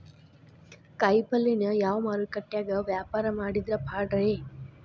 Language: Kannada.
ಕಾಯಿಪಲ್ಯನ ಯಾವ ಮಾರುಕಟ್ಯಾಗ ವ್ಯಾಪಾರ ಮಾಡಿದ್ರ ಪಾಡ್ರೇ?